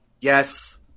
Yes